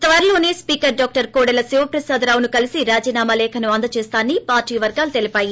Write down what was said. త్వరలో speaker doctor Kodela Siva ప్రసాదరావును కలిసి రాజీనామా లేఖను అందజేస్తారని పార్టీ వర్గాలు తెలిపాయి